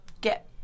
get